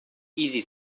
easy